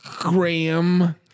graham